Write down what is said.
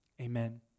amen